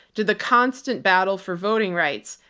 to the constant battle for voting rights,